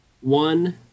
one